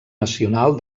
nacional